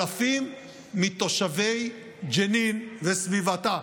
אלפים מתושבי ג'נין וסביבתה,